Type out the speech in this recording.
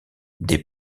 des